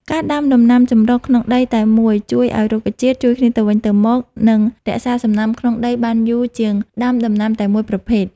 ការដាំដំណាំចម្រុះក្នុងដីតែមួយជួយឱ្យរុក្ខជាតិជួយគ្នាទៅវិញទៅមក និងរក្សាសំណើមក្នុងដីបានយូរជាងដាំដំណាំតែមួយប្រភេទ។